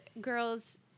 girls